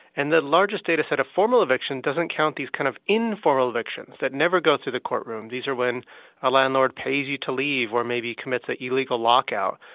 and the largest data set of formal eviction doesn't count these kind of informal evictions that never go through the courtroom. these are when a landlord pays you to leave or maybe commits an ah illegal lockout.